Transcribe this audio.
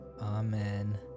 Amen